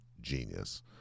genius